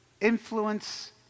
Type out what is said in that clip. influence